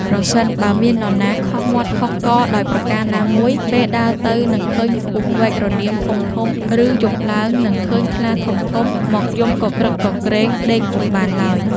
ប្រសិនបើមាននរណាខុសមាត់ខុសករដោយប្រការណាមួយ ពេលដើរទៅ នឹងឃើញពស់វែករនាមធំៗ ឫយប់ឡើងនឹងឃើញខ្លាធំៗ មកយំគគ្រឹកគគ្រេងដេកពុំបានឡើយ។